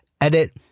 Edit